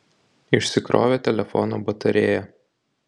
išsikrovė telefono batarėja